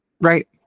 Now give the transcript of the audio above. Right